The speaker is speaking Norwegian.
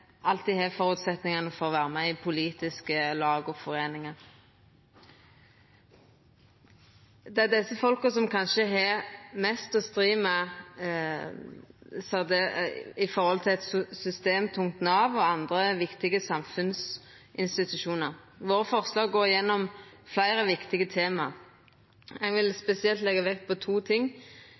alltid har føresetnadene for å vera med i politiske lag og foreiningar. Det er desse som kanskje har mest å stri med overfor eit systemtungt Nav og andre viktige samfunnsinstitusjonar. Forslaga me er med på, går gjennom fleire viktige tema. Eg vil spesielt leggja vekt på to ting,